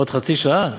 עוד חצי שעה?